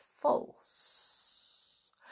false